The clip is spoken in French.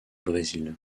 brésil